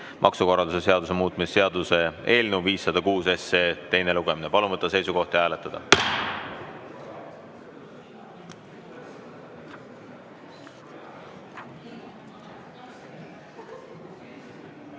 maksukorralduse seaduse muutmise seaduse eelnõu 506 teine lugemine. Palun võtta seisukoht ja hääletada!